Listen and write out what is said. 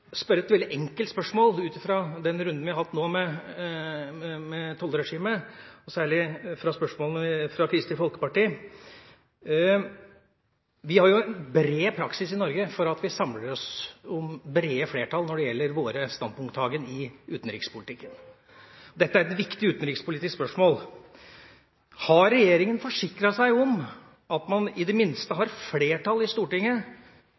veldig enkelt spørsmål ut fra den runden vi nå har hatt om tollregimet – særlig ut fra spørsmålene fra Kristelig Folkeparti. Vi har jo en bred praksis i Norge for at vi samler oss om brede flertall når det gjelder vår standpunkttagen i utenrikspolitikken. Dette er et viktig utenrikspolitisk spørsmål. Har regjeringa forsikret seg om at man i det minste har flertall i Stortinget